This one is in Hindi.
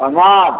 हमाद